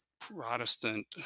Protestant